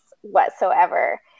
whatsoever